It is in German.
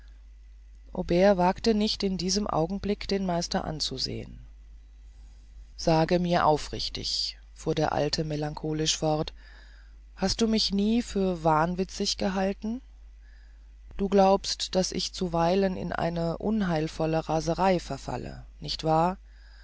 wagte nicht in diesem augenblick den meister anzusehen sage mir aufrichtig fuhr der alte melancholisch fort hast du mich nie für wahnwitzig gehalten du glaubst daß ich zuweilen in eine unheilvolle raserei verfalle nicht wahr